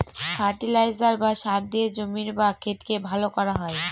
fertiliser বা সার দিয়ে জমির বা ক্ষেতকে ভালো করা হয়